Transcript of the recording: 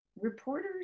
Reporters